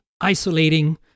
isolating